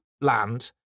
Land